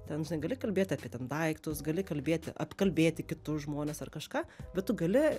ten gali kalbėti apie ten daiktus gali kalbėti apkalbėti kitus žmones ar kažką bet tu gali